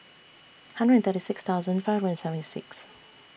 hundred and thirty six thousand five hundred and seventy six